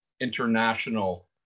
international